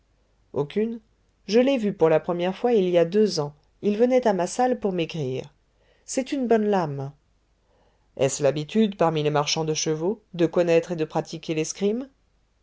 aucune je l'ai vu pour la première fois il y a deux ans il venait à ma salle pour maigrir c'est une bonne lame est-ce l'habitude parmi les marchands de chevaux de connaître et de pratiquer l'escrime